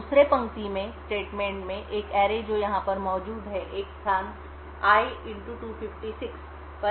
अब दूसरे पंक्ति में एक सरणी जो यहाँ पर मौजूद हैएक स्थान i 256 पर एक्सेस होगा